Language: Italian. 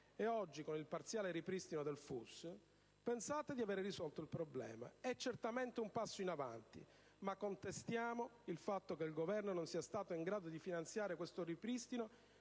e oggi con il parziale ripristino del FUS pensate di aver risolto il problema. È certamente un passo in avanti. Contestiamo però il fatto che il Governo non sia stato in grado di finanziare questo ripristino